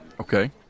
Okay